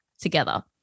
together